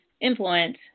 influence